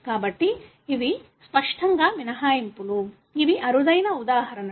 కాబట్టి ఇవి స్పష్టంగా మినహాయింపులు ఇవి అరుదైన ఉదాహరణ లు